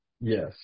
Yes